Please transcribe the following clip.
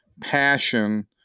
Passion